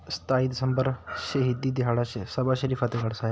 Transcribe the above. ਸਤਾਈ ਦਸੰਬਰ ਸ਼ਹੀਦੀ ਦਿਹਾੜਾ ਸ਼ ਸਭਾ ਸ਼੍ਰੀ ਫਤਿਹਗੜ ਸਾਹਿਬ